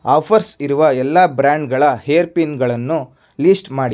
offers ಇರುವ ಎಲ್ಲ ಬ್ರ್ಯಾಂಡ್ಗಳ ಹೇರ್ ಪಿನ್ಗಳನ್ನೂ ಲೀಸ್ಟ್ ಮಾಡಿ